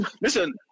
listen